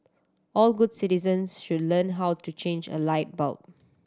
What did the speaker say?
all good citizens should learn how to change a light bulb